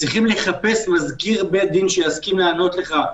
צריך לחפש מזכיר בית דין שיסכים לענות לך.